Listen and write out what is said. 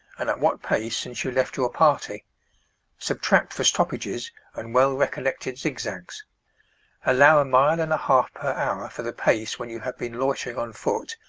and at what pace, since you left your party subtract for stoppages and well-recollected zigzags allow a mile and a half per hour for the pace when you have been loitering on foot,